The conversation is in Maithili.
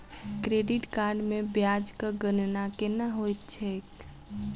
क्रेडिट कार्ड मे ब्याजक गणना केना होइत छैक